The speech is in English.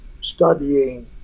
studying